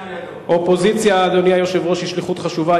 אופוזיציה, אדוני היושב-ראש, היא שליחות חשובה.